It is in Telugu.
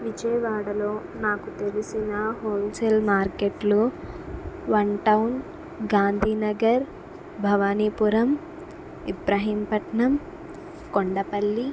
విజయవాడలో నాకు తెలిసిన హోల్సేల్ మార్కెట్లు వన్ టౌన్ గాంధీ నగర్ భవానిపురం ఇబ్రహీంపట్నం కొండపల్లి